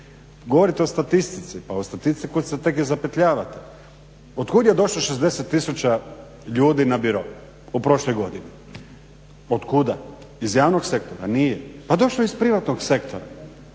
Govorite o statistici, pa o statistici kud se tek i zapetljavate. Otkud je došlo 60 tisuća ljudi na Biro u prošloj godini, otkuda? Iz javnog sektora? Nije. Pa došlo je iz privatnog sektora.